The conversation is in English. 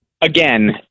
again